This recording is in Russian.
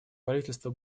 правительства